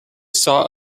saw